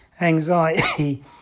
anxiety